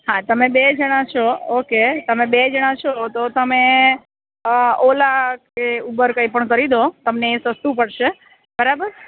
હા તમે બે જણા છો ઓકે તમે બે જણા છો તો તમે અ ઓલા કે ઉબર કંઈ પણ કરી દો તમને એ સસ્તું પડશે બરાબર